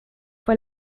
fue